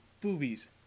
boobies